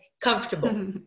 comfortable